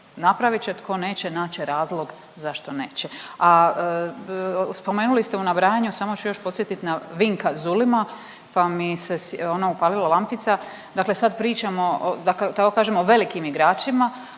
napravit će, tko neće naći će razlog zašto neće. A spomenuli ste u nabrajanju samo ću još podsjetiti na Vinka Zulima, pa mi se ono upalila lampica. Dakle, sad pričamo, da tako kažem o velikim igračima,